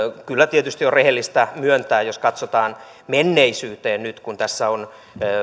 kyllä tietysti on rehellistä myöntää jos katsotaan menneisyyteen nyt kun tässä ovat ex